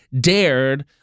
dared